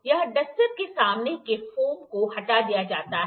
यहां डस्टर के सामने के फोम को हटा दिया जाता है